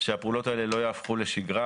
שהפעולות האלה לא יהפכו לשגרה.